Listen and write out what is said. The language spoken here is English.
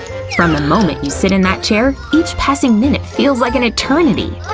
from the moment you sit in that chair, each passing minute feels like an eternity.